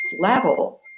level